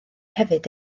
hefyd